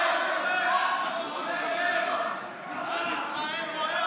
חיה מואטי,